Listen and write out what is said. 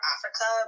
Africa